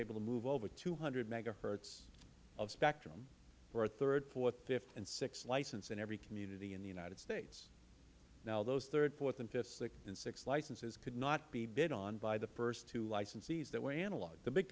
able to move over two hundred megahertz of spectrum for a third fourth fifth and sixth license in every community in the united states now those third fourth fifth and sixth licenses could not be bid on by the first two licensees that were analog the big